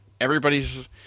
everybody's